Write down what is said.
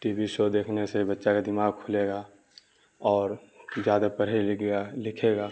T V show دیکھنے سے بچے کا دماغ کھلے گا اور زیادہ پڑھے لکھے گا